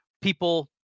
people